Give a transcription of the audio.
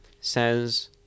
says